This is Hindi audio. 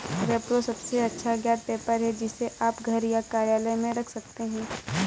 रेप्रो सबसे अच्छा ज्ञात पेपर है, जिसे आप घर या कार्यालय में रख सकते हैं